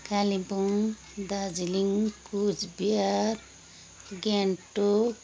Kalimpong Darjeeling Cooch Behar Gangtok